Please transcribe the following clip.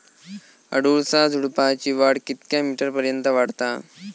अडुळसा झुडूपाची वाढ कितक्या मीटर पर्यंत वाढता?